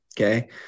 Okay